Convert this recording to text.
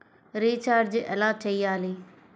Recharge ఎలా చెయ్యాలి?